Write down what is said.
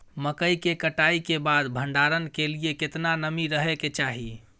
मकई के कटाई के बाद भंडारन के लिए केतना नमी रहै के चाही?